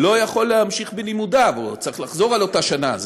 לא יכול להמשיך בלימודיו או צריך לחזור על אותה שנה,